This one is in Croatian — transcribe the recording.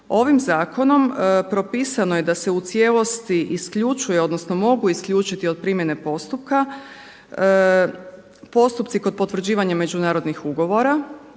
ovim zakonom propisano je da se u cijelosti isključuje, odnosno mogu isključiti od primjene postupka postupci kod potvrđivanja međunarodnih ugovora,